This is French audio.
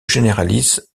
généralise